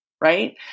right